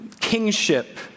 kingship